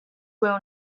will